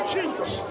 Jesus